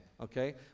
okay